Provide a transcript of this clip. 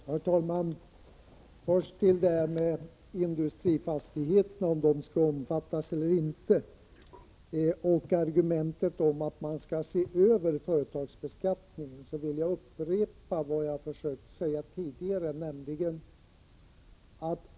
Herr talman! När det gäller frågan om industrifastigheterna skall omfattas av fastighetsbeskattningen eller inte och argumentet att man skall se över företagsbeskattningen vill jag upprepa vad jag försökt säga tidigare.